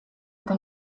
eta